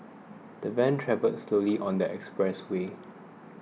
the van travelled slowly on the expressway